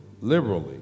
liberally